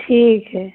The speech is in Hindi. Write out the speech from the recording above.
ठीक है